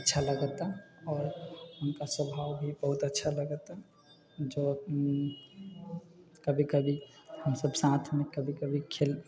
अच्छा लगऽ ता आओर हुनका स्वभाव भी बहुत अच्छा लगऽ ता जो कभी कभी हमसब साथमे कभी कभी खेल